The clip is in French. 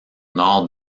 nord